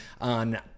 on